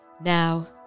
Now